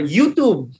YouTube